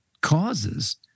causes